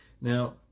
now